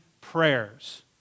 prayers